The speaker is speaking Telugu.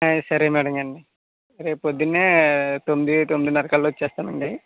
ఆ సరే మేడం గారు అండి రేపు పొద్దునే తొమ్మిది తొమ్మిదన్నరకి అలా వచ్చేస్తాను అండి